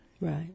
Right